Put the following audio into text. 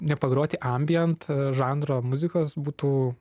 nepagroti žanro muzikos būtų